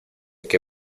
qué